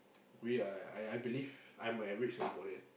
we are I I believe I'm a average Singaporean